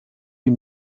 die